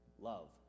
love